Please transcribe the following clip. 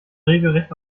regelrecht